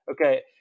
Okay